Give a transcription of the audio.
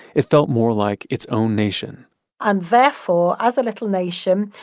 it felt more like its own nation and therefore as a little nation,